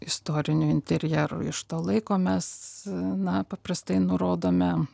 istorinių interjerų iš to laiko mes na paprastai nurodome